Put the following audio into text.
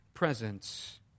presence